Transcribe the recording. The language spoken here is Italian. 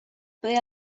pre